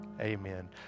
Amen